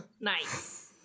Nice